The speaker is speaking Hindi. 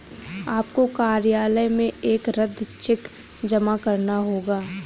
आपको कार्यालय में एक रद्द चेक जमा करना होगा